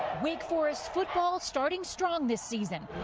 wake forest football starting strong this season.